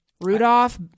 Rudolph